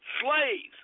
slaves